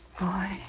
Boy